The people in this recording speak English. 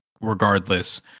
regardless